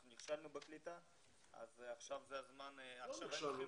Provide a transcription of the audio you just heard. אנחנו נכשלנו בקליטה ועכשיו זה הזמן --- לא נכשלנו,